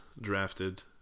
drafted